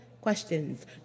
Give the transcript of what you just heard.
questions